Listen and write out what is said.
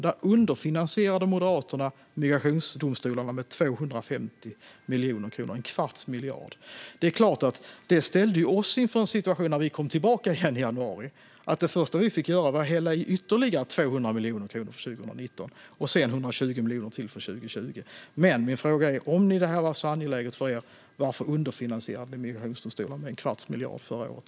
Där underfinansierade Moderaterna migrationsdomstolarna med 250 miljoner kronor - en kvarts miljard. Det är klart att det ställde oss inför en situation när vi kom tillbaka i regeringsställning i januari - det första vi fick göra var att hälla i ytterligare 200 miljoner kronor för 2019 och sedan 120 miljoner till för 2020. Om detta är så angeläget för er, varför underfinansierade ni migrationsdomstolarna med en kvarts miljard förra året?